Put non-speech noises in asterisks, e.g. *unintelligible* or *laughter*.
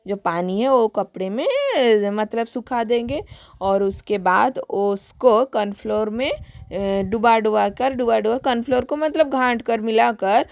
जो पानी है वो कपड़े में मतलब सुखा देंगे और उसके बाद उसको कन्फ़्लोर में डूबा डूबा कर डूबा डूबा कर कन्फ़्लोर को मतलब *unintelligible* कर मिलकर